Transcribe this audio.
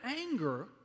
anger